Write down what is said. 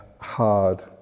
hard